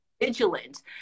vigilant